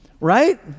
Right